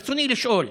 רצוני לשאול: